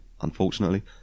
unfortunately